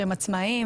שהם עצמאיים,